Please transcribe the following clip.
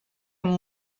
amb